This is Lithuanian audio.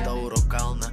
tauro kalną